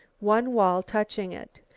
one wall touching it.